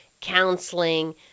counseling